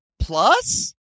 Plus